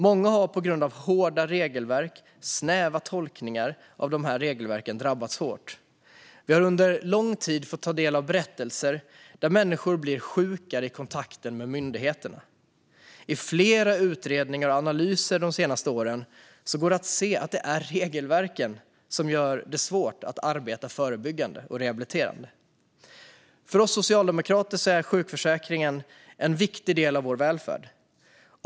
Många har på grund av hårda regelverk och snäva tolkningar av de regelverken drabbats hårt. Vi har under lång tid fått ta del av berättelser där människor blir sjukare i kontakten med myndigheterna. I flera utredningar och analyser de senaste åren går det att se att det är regelverken som gör det svårt att arbeta förebyggande och rehabiliterande. För oss socialdemokrater är sjukförsäkringen en viktig del av vår välfärd.